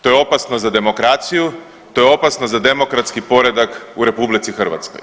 To je opasno za demokraciju, to je opasno za demokratski poredak u RH.